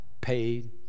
paid